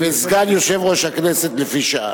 וסגן יושב-ראש הכנסת לפי שעה.